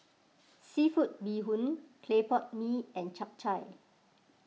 Seafood Bee Hoon Clay Pot Mee and Chap Chai